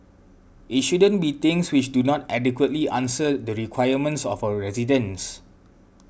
it shouldn't be things which do not adequately answer the requirements of our residents